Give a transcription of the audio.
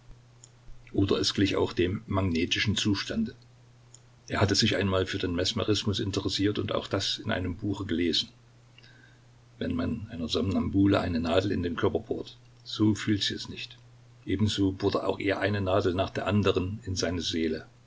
oder es glich auch dem magnetischen zustande er hatte sich einmal für den mesmerismus interessiert und auch das in einem buche gelesen wenn man einer somnambule eine nadel in den körper bohrt so fühlt sie es nicht ebenso bohrte auch er eine nadel nach der anderen in seine seele